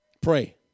Pray